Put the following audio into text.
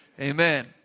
amen